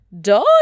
dog